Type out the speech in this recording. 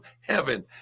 heaven